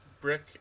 brick